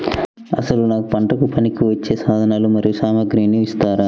అసలు నాకు పంటకు పనికివచ్చే సాధనాలు మరియు సామగ్రిని ఇస్తారా?